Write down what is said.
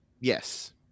Yes